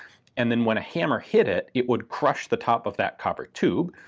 and then when a hammer hit it, it would crush the top of that copper tube.